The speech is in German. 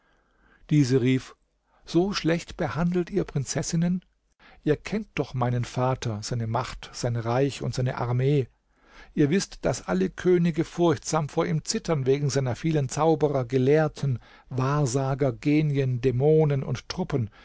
diese rief so schlecht behandelt ihr prinzessinnen ihr kennt doch meinen vater seine macht sein reich und seine armee ihr wißt daß alle könige furchtsam vor ihm zittern wegen seiner vielen zauberer gelehrten wahrsager genien dämonen und truppen